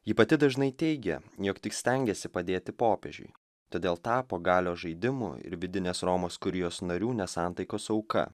ji pati dažnai teigia jog tik stengėsi padėti popiežiui todėl tapo galios žaidimų ir vidinės romos kurijos narių nesantaikos auka